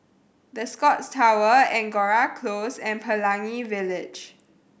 The Scotts Tower Angora Close and Pelangi Village